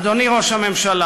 אדוני ראש הממשלה,